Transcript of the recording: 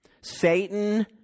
Satan